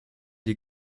les